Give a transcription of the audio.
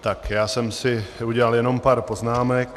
Tak já jsem si udělal jenom pár poznámek.